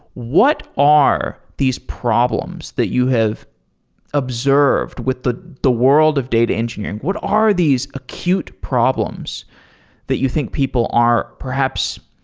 what are these problems that you have observed with the the world of data engineering? what are these acute problems that you think people are perhaps